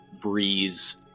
breeze